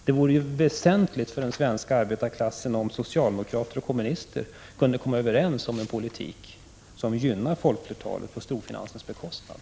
Det vore väsentligt för den svenska arbetarklassen, om socialdemokrater och kommunister kunde komma överens om en politik som gynnar folkflertalet på storfinansens bekostnad.